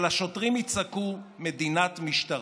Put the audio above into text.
אבל לשוטרים יצעקו "מדינת משטרה".